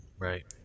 Right